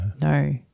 no